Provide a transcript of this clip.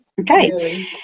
Okay